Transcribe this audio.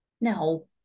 No